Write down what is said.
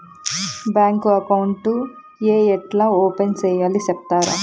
Bank account ఏ ఎట్లా open సేయాలి సెప్తారా?